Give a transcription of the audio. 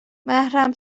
محرم